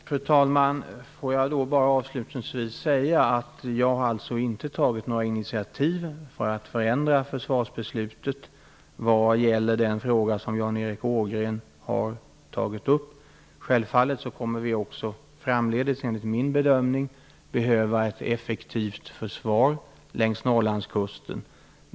Fru talman! Får jag avslutningsvis säga att jag inte har tagit några initiativ för att förändra försvarsbeslutet vad gäller den fråga som Jan Erik Ågren har tagit upp. Självfallet kommer vi också framdeles, enligt min bedömning, att behöva ett effektivt försvar längs Norrlandskusten.